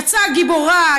יצאה גיבורה,